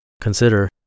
Consider